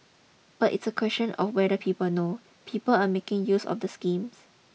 but it's a question of whether people know people are making use of the schemes